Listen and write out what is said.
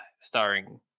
starring